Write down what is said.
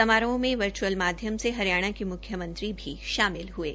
समारोह में वर्च्अल माध्यम से हरियाणा के म्ख्यमंत्री भी शामिल हये